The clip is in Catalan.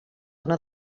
una